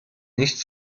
nicht